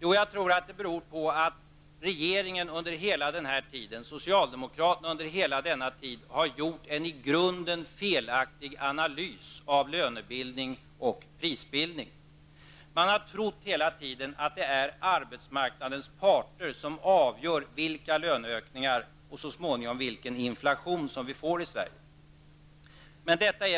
Jag tror att det beror på att socialdemokraterna under hela den här tiden har gjort en i grunden felaktig analys av lönebildning och prisbildning. Man har hela tiden trott att det är arbetsmarknadens parter som avgör vilka löneökningar och så småningom vilken inflation vi får i Sverige.